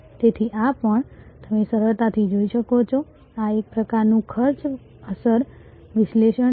તેથી આ પણ તમે સરળતાથી જોઈ શકો છો આ એક પ્રકારનું ખર્ચ અસર વિશ્લેષણ છે